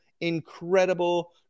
incredible